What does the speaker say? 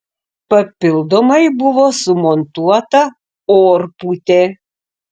papildomai buvo sumontuota orpūtė